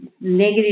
negative